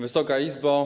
Wysoka Izbo!